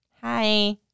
Hi